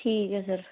ਠੀਕ ਹੈ ਸਰ